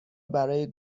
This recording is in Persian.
برای